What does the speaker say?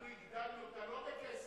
אנחנו הגדלנו אותה לא בכסף,